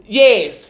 yes